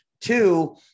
two